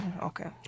Okay